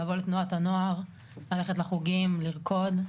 לבוא לתנועת הנוער, ללכת לחוגים, לרקוד,